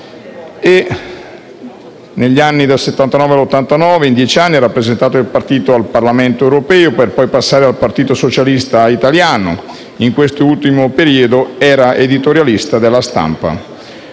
Italiano. Dal 1979 al 1989, per dieci anni, ha rappresentato il partito al Parlamento europeo, per poi passare al Partito Socialista Italiano. In questo ultimo periodo era editorialista de «La Stampa».